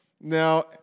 Now